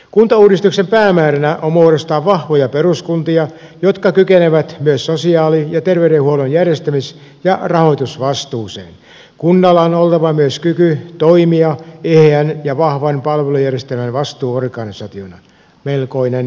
kuntauudistuksen päämääräänä on muodostaa vahvoja peruskuntia jotka kykenevät myös sosiaali ja terveydenhuollon järjestämis ja rahoitusvastuuseen ja kunnalla on oltava myös kyky toimia eheän ja vahvan palvelujärjestelmän vastuuorganisaationa melkoinen tavoite